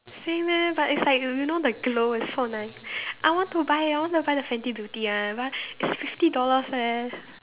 same eh but it's like you you know the glow is so nice I want to buy I want to buy the Fenty Beauty one but it's fifty dollars eh